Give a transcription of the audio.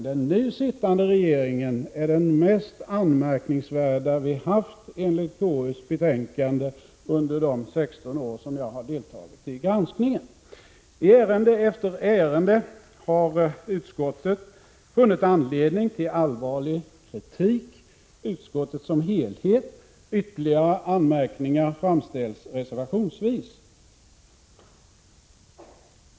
Den nu sittande regeringen är enligt konstitutionsutskottets betänkande den mest anmärkningsvärda vi haft under de 16 år som jag har deltagit i granskningen. I ärende efter ärende har utskottet som helhet funnit anledning till allvarlig kritik. Ytterligare anmärkningar framställs reservationsvis.